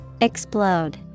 Explode